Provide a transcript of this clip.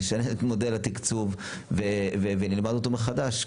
נשנה את מודל התקצוב ונלמד אותו מחדש.